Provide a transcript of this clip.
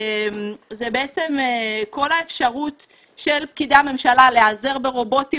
זה בעצם כל האפשרות של פקידי הממשלה להיעזר ברובוטים